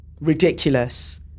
ridiculous